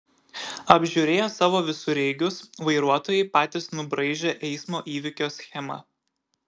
apžiūrėję savo visureigius vairuotojai patys nubraižė eismo įvykio schemą